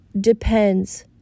depends